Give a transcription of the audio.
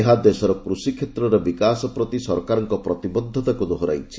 ଏହା ଦେଶର କୃଷି କ୍ଷେତ୍ରରେ ବିକାଶ ପ୍ରତି ସରକାରଙ୍କ ପ୍ରତିବଦ୍ଧତାକୁ ଦୋହରାଇଛି